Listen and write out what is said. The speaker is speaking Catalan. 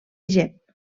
gep